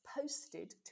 posted